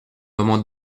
moments